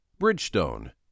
Bridgestone